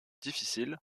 difficile